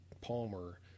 Palmer